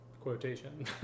quotation